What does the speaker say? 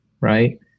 right